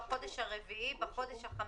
בבקשה.